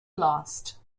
lost